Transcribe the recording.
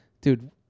dude